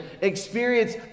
experience